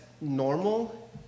normal